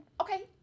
Okay